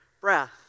breath